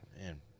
Man